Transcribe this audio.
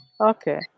Okay